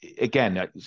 Again